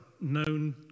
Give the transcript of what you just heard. known